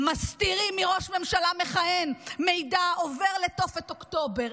מסתירים מראש ממשלה מכהן מידע עובר לתופת אוקטובר.